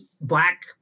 black